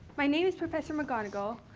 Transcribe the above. my name is professor mcgonagall.